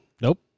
Nope